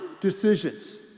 decisions